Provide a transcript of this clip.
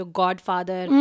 godfather